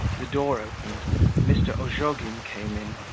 the door opened mr. ozhogin came in.